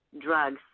drugs